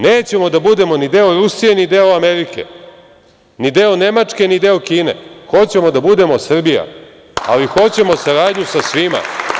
Nećemo da budemo ni deo Rusije, ni deo Amerike, ni deo Nemačke, ni deo Kine, hoćemo da budemo Srbija, ali hoćemo saradnju sa svima.